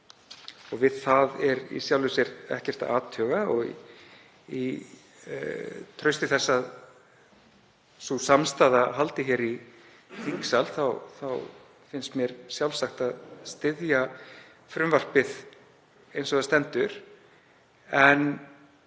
og við það er í sjálfu sér ekkert að athuga. Í trausti þess að sú samstaða haldi hér í þingsal þá finnst mér sjálfsagt að styðja frumvarpið eins og það stendur en